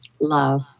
Love